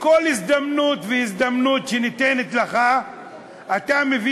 בכל הזדמנות והזדמנות שניתנת לך אתה מביא